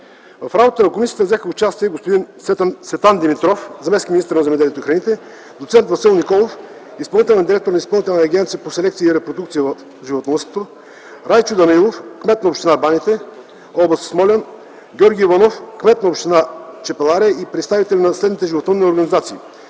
В работата на комисията взеха участие господин Цветан Димитров – заместник-министър на земеделието и храните, доцент Васил Николов – изпълнителен директор на Изпълнителната агенция по селекция и репродукция в животновъдството, Райчо Данаилов – кмет на община Баните, област Смолян, Георги Иванов – кмет на община Чепеларе, и представители на следните животновъдни организации: